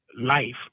life